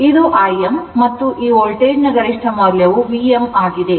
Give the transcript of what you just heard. ಇದು Im ಮತ್ತು ಈ ವೋಲ್ಟೇಜ್ ನ ಗರಿಷ್ಠ ಮೌಲ್ಯವು Vm ಆಗಿದೆ